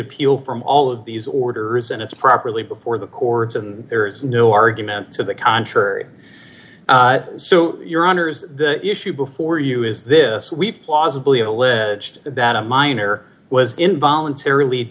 appeal from all of these orders and it's properly before the courts and there is no argument to the contrary so your honour's the issue before you is this we plausibly alleged that a minor was involuntary leads